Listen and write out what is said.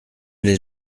l’ai